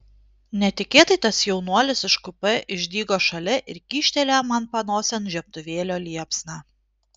netikėtai tas jaunuolis iš kupė išdygo šalia ir kyštelėjo man panosėn žiebtuvėlio liepsną